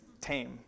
tame